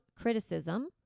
criticism